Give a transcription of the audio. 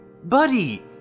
Buddy